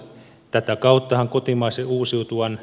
tätä kautta kotimaisen uusiutuvan